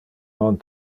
non